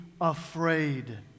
afraid